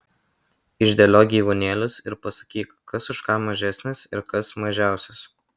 išdėliok gyvūnėlius ir pasakyk kas už ką mažesnis ir kas mažiausias